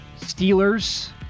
Steelers